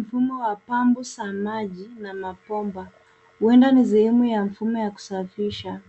Mfumo wa pampu za maji na mabomba, huenda ni sehemu ya mfumo wa kusafisha.